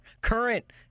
current